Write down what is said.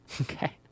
Okay